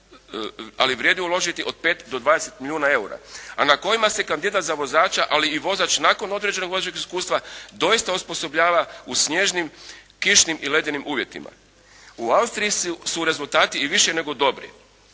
ali vrijedi uložiti od 5 do 20 milijuna eura a na kojima se kandidat za vozača ali i vozač nakon određenog vozačkog iskustva doista osposobljava u snježnim, kišnim i ledenim uvjetima. U Austriji su rezultati i više nego dobri.